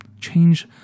change